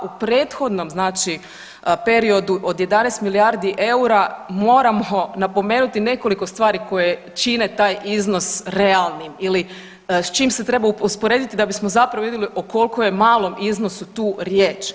U prethodnom periodu od 11 milijardi eura moramo napomenuti nekoliko stvari koje čine taj iznos realnim ili s čim se treba usporediti da bismo zapravo vidjeli o koliko je malom iznosu tu riječ.